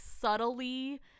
subtly